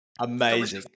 Amazing